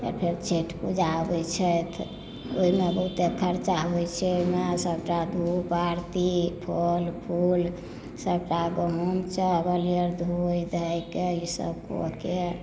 फेर छठि पूजा अबै छथि ओहिमे बहुते खर्चा होइ छै ओहिमे सभटा धूप आरती फल फूल सभटा गहूँम चावल आर धो धाकऽ ई सभक